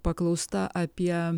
paklausta apie